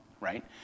right